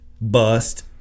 bust